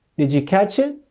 did you catch it?